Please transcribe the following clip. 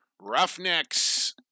Roughnecks